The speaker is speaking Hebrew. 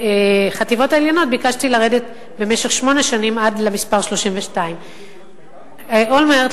בחטיבות העליונות ביקשתי לרדת במשך שמונה שנים עד למספר 32. אולמרט,